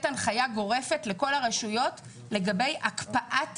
הנחיה גורפת לכל הרשויות לגבי הקפאת הליכים.